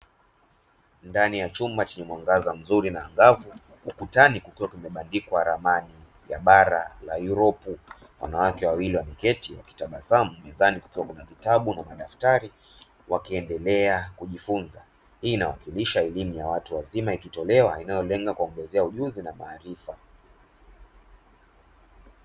Ndani ya chumba chenye mwangaza mzuri na angavu ukutani kukiwa kumebandikwa ramani ya bara la Europe, wanawake wawili wameketi wakitabasamu mezani kukiwa kuna vitabu na madaftari wakiendelea kujifunza. Hii inawakilisha elimu ya watu wazima ikitolewa inayolenga kuwaongezea ujuzi na maarifa.